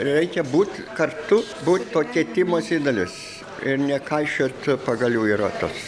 reikia būt kartu būt to keitimosi dalis ir nekaišiot pagalių į ratus